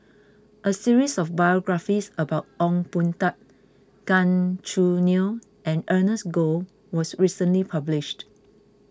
a series of biographies about Ong Boon Tat Gan Choo Neo and Ernest Goh was recently published